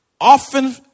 often